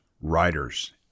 writers